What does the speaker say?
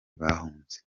bahunze